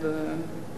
תודה רבה.